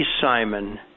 Simon